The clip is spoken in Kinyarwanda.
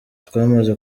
twamaze